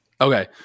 Okay